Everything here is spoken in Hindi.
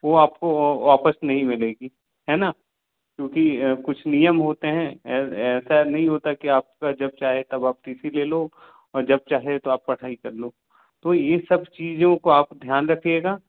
वह आपको वापस नहीं मिलेगी है न क्योंकि कुछ नियम होते हैं ऐसा नहीं होता की आपका जब चाहे तब आप टी सी ले लो और जब चाहे तो आप पढ़ाई कर लो तो यह सब चीज़ों को आप ध्यान रखिएगा